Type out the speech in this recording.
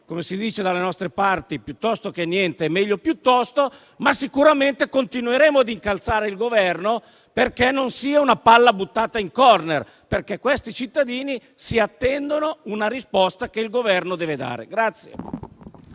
come si dice dalle nostre parti - piuttosto che niente è meglio piuttosto. Ma sicuramente continueremo a incalzare il Governo perché non sia una palla buttata in *corner*, perché i cittadini coinvolti attendono una risposta che il Governo deve dare.